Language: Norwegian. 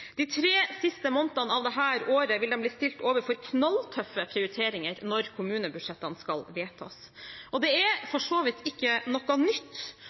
De tre siste månedene av dette året vil de bli stilt overfor knalltøffe prioriteringer når kommunebudsjettene skal vedtas. Det er for så vidt ikke noe nytt